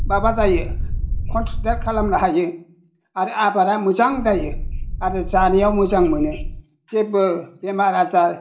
माबा जायो कन्सिडार खालामनो हायो आरो आबादा मोजां जायो आरो जानायाव मोजां मोनो जेबो बेमार आजार